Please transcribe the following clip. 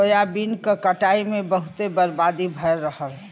soybean क कटाई में बहुते बर्बादी भयल रहल